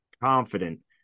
confident